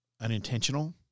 unintentional